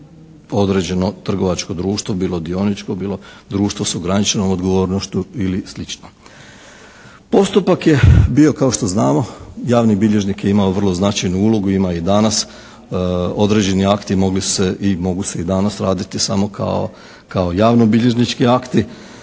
određeno trgovačko društvo, bio dioničko, bilo društvo s ograničenom odgovornošću ili slično. Postupak je bio kao što znamo, javni bilježnik je imao vrlo značajnu ulogu, ima i danas, određeni akti mogli su se i mogu se i danas raditi samo kao javnobilježnički akti,